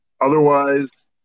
Otherwise